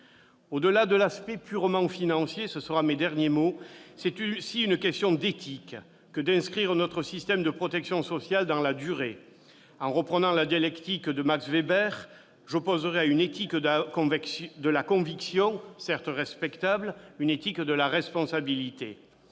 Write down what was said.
Au-delà de l'aspect purement financier, c'est aussi une affaire d'éthique que d'inscrire notre système de protection sociale dans la durée. En reprenant la dialectique de Max Weber, j'opposerai à une éthique de la conviction, certes respectable, une éthique de la responsabilité.